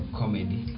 comedy